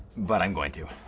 but i'm going to.